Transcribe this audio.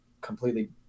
completely